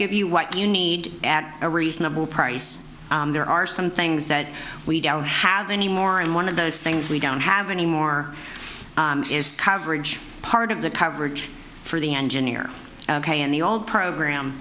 give you what you need at a reasonable price there are some things that we don't have anymore and one of those things we don't have anymore is coverage part of the coverage for the engineer ok and the old program